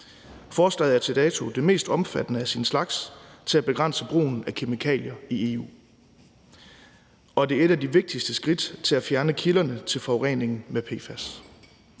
Forslaget er til dato det mest omfattende af sin slags med hensyn til at begrænse brugen af kemikalier i EU. Og det er et af de vigtigste skridt til at fjerne kilderne til forurening med PFAS.